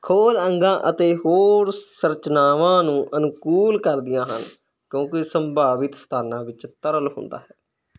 ਖੋਲ ਅੰਗਾਂ ਅਤੇ ਹੋਰ ਸੰਰਚਨਾਵਾਂ ਨੂੰ ਅਨੁਕੂਲ ਕਰਦੀਆਂ ਹਨ ਕਿਉਂਕਿ ਸੰਭਾਵਿਤ ਸਥਾਨਾਂ ਵਿੱਚ ਤਰਲ ਹੁੰਦਾ ਹੈ